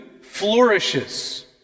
flourishes